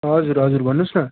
हजुर हजुर भन्नुहोस् न